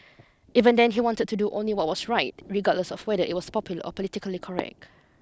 even then he wanted to do only what was right regardless of whether it was popular or politically correct